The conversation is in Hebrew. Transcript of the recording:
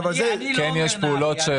אני לא אומר נהריה.